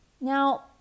now